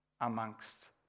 amongst